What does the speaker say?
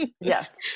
Yes